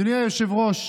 אדוני היושב-ראש,